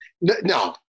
No